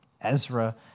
Ezra